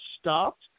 stopped